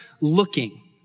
looking